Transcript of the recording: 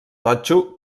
totxo